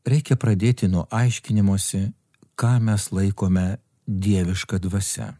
reikia pradėti nuo aiškinimosi ką mes laikome dieviška dvasia